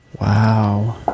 Wow